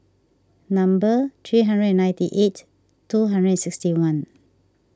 number three hundred and ninety eight two hundred and sixty one